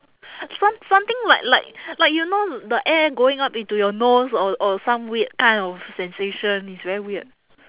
some something like like like you know the air going up into your nose or or some weird kind of sensation it's very weird